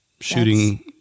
Shooting